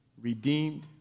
redeemed